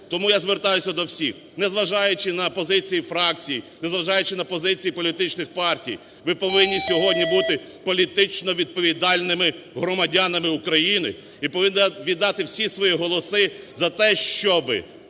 Тому я звертаюся до всіх, незважаючи на позиції фракцій, незважаючи на позиції політичних партій, ви повинні сьогодні бути політично відповідальними громадянами України і повинні віддати всі свої голоси за те, щоб